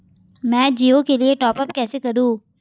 मैं जिओ के लिए टॉप अप कैसे करूँ?